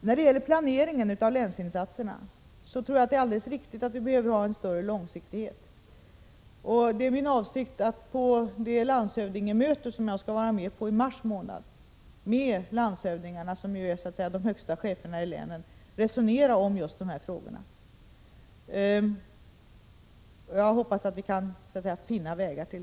När det gäller planeringen av länsinsatserna är det riktigt att det behövs större långsiktighet. Det är min avsikt att resonera om dessa frågor på det landshövdingsmöte som jag i mars månad skall delta i — landshövdingarna är ju de högsta cheferna i länen. Jag hoppas att vi där kan finna vägar.